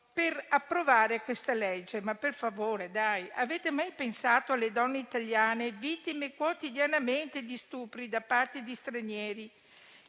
per approvare questo disegno di legge: ma per favore, dai, avete mai pensato alle donne italiane vittime quotidianamente di stupri da parte di stranieri,